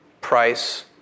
price